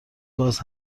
باز